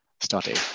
study